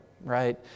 right